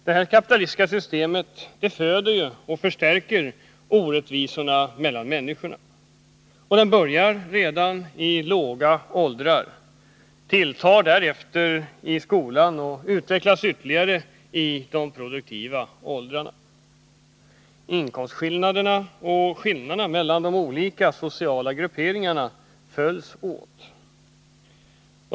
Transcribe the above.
Det kapitalistiska systemet föder och förstärker orättvisorna mellan människorna. Det börjar redan i låga åldrar, tilltar i skolan och utvecklas ytterligare i de produktiva åldrarna. Inkomstskillnaderna och skillnaderna mellan de olika sociala grupperingarna följs åt.